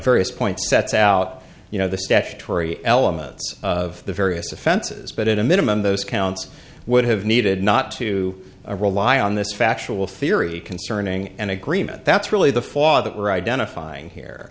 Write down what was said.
various points sets out you know the statue three elements of the various offenses but at a minimum those counts would have needed not to rely on this factual theory concerning an agreement that's really the fog that we're identifying here